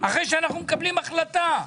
אחרי שאנחנו קיבלנו החלטה.